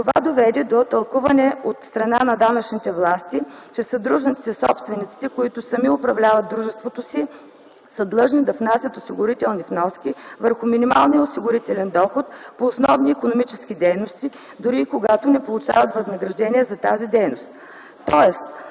Това доведе до тълкуване от страна на данъчните власти, че съдружниците/собствениците, които сами управляват дружеството си, са длъжни да внасят осигурителни вноски върху минималния осигурителен доход по основни икономически дейности, дори и когато не получават възнаграждение за тази дейност,